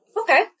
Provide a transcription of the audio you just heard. Okay